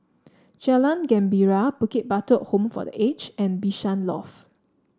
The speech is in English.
Jalan Gembira Bukit Batok Home for The Aged and Bishan Loft